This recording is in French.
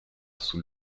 sous